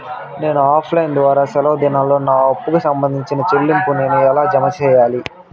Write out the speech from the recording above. నేను offline ద్వారా సెలవు దినాల్లో నా అప్పుకి సంబంధించిన చెల్లింపులు నేను ఎలా జామ సెయ్యాలి?